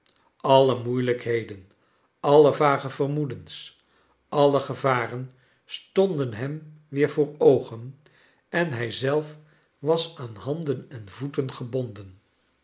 alle moeilrjkheden alle vage vermoedens alle gevaren stonden hem weer voor oogen en hij zelf was aan handen en voeten gebonden